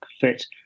fit